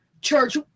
church